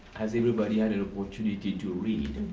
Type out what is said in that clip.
has anybody had an opportunity to read